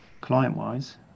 client-wise